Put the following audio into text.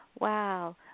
Wow